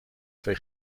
twee